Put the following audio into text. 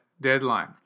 deadline